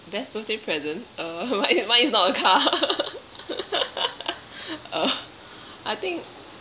best birthday present uh mine is mine is not a car uh I think